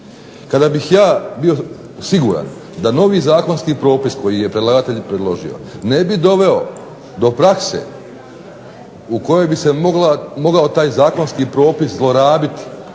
kada bih ja bio siguran da novi zakonski propis koji je predlagatelj predložio ne bi doveo do prakse u kojoj bi se mogao taj zakonski propis zlorabiti,